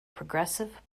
progressive